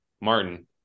Martin